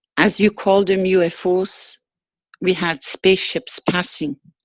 as you call them, ufo's. we has spaceships passing.